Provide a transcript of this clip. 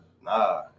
nah